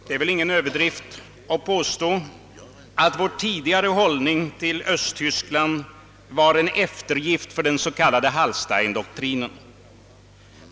Det är väl ingen överdrift att påstå att vår tidigare hållning gentemot Östtyskland var en eftergift för den s.k. Hallsteindoktrinen.